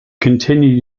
continued